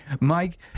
Mike